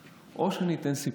השנייה, שאני אתן סיפור.